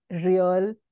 real